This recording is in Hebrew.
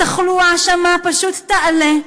התחלואה שם פשוט תעלה,